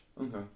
Okay